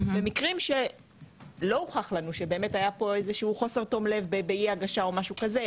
במקרים שלא הוכח לנו שבאמת היה פה חוסר תום לב באי הגשה או משהו כזה,